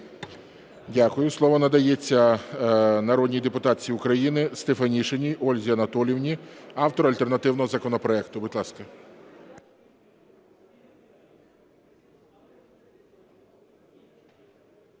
Дякую. Слово надається народній депутатці України Стефанишиній Ользі Анатоліївні, автору альтернативного законопроекту. Будь ласка.